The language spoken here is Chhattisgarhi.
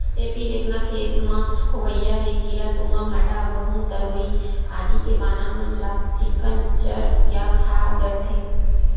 एपीलेकना खेत म होवइया ऐ कीरा तुमा, भांटा, गहूँ, तरोई आदि के पाना मन ल चिक्कन चर या खा डरथे